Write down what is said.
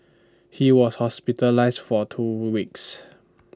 he was hospitalised for two weeks